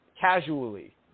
casually